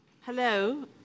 Hello